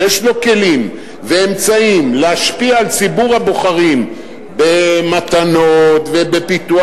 שיש לו כלים ואמצעים להשפיע על ציבור הבוחרים במתנות ובפיתוח